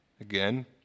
again